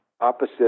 opposite